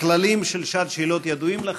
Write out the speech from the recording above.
הכללים של שעת שאלות ידועים לכם.